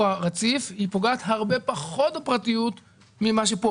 הרציף פוגעת הרבה פחות בפרטיות ממה שכאן,